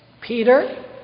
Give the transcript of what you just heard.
Peter